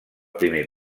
primer